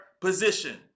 position